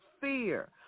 fear